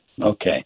Okay